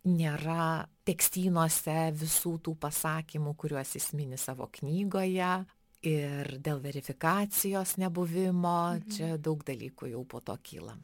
nėra tekstynuose visų tų pasakymų kuriuos jis mini savo knygoje ir dėl verifikacijos nebuvimo čia daug dalykų jau po to kyla